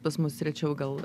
pas mus rečiau gal